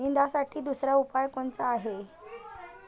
निंदनासाठी दुसरा उपाव कोनचा हाये?